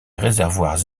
réservoirs